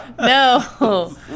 No